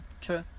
true